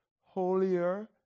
holier